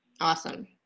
Awesome